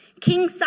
King